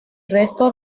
resto